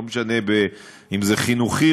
לא משנה אם זה חינוכי,